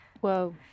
Whoa